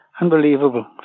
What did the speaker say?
unbelievable